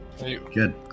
good